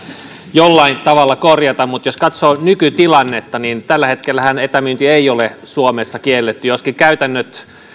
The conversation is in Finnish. jollain tavalla korjata mutta jos katsoo nykytilannetta niin tällä hetkellähän etämyynti ei ole suomessa kielletty joskin käytännön